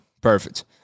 Perfect